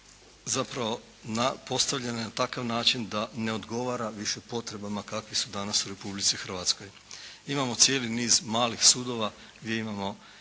zapravo postavljena je na takav način da ne odgovara više potrebama kakve su danas u Republici Hrvatskoj. Imamo cijeli niz malih sudova gdje imamo